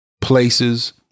Places